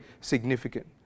significant